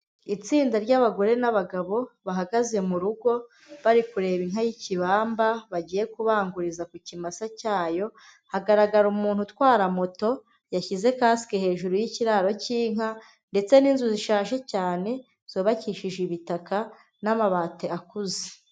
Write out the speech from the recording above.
Itsinda ry'abagore n'abagabo bahagaze mu rugo bari kureba inka y'ikibamba bagiye kubanguriza ku kimasa cyayo, hagaragara umuntu utwara moto, yashyize kasike hejuru y'ikiraro cy'inka, ndetse n'inzu zishaje cyane, zubakishije ibitaka n'amabati akuze.